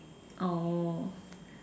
oh